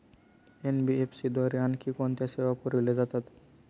NBFC द्वारे आणखी कोणत्या सेवा पुरविल्या जातात?